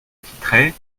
titrait